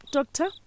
Doctor